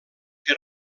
que